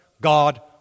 God